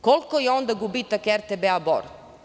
Koliki je onda gubitak RTB Bor?